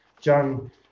John